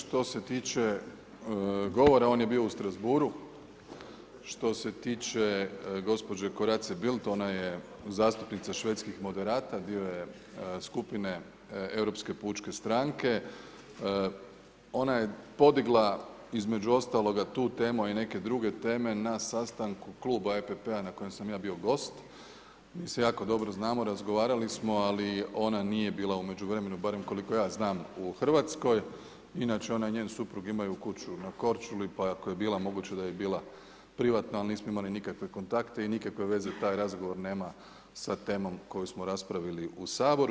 Što se tiče govora, on je bio u Strasbourgu, što se tiče gospođe Corazze Bildt, ona je zastupnica švedskih moderata, dio je skupine Europske pučke stranke, ona je podigla između ostaloga tu temu a i neke druge teme na sastanku kluba EPP-a na kojem sam ja bio gost, mi se jako dobro znamo, razgovarali smo ali ona nije bila u međuvremenu barem koliko ja znam u Hrvatskoj, inače ona i njen suprug imaju kuću na Korčuli pa ako je bila, moguće da je bila privatno, ali nismo imali nikakve kontakte i nikakve veze taj razgovor nema sa temom koju smo raspravili u Saboru.